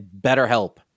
BetterHelp